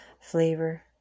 flavor